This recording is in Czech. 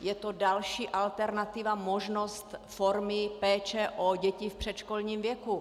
Je to další alternativa, možnost formy péče o děti v předškolním věku.